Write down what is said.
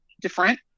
different